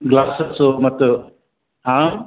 glasses ಮತ್ತು ಹಾಂ